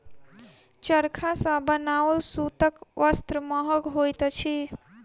चरखा सॅ बनाओल सूतक वस्त्र महग होइत अछि